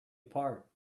apart